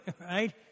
right